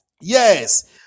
yes